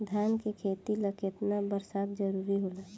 धान के खेती ला केतना बरसात जरूरी होला?